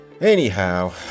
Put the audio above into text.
Anyhow